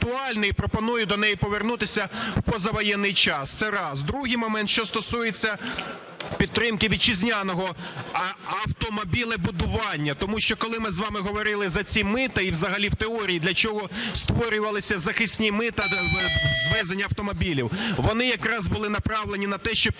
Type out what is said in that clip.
Другий момент: що стосується підтримки вітчизняного автомобілебудування. Тому що, коли ми з вам говорили за ці мита, і взагалі в теорії, для чого створювалися захисні мита з ввезення автомобілів, вони якраз були направлені на те, щоб